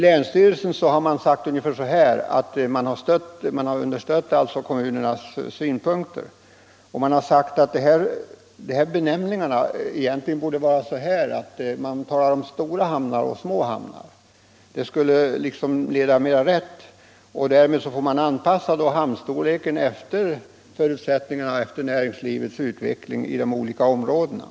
Länsstyrelsen har understött kommunernas synpunkter och beträffande benämningarna sagt att man egentligen borde tala om stora hamnar och små hamnar. Det skulle leda mera rätt, och därmed får man anpassa hamnstorleken efter förutsättningarna, efter näringslivets utveckling i de olika områdena.